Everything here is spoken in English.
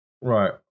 Right